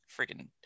freaking